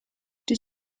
did